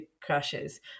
crashes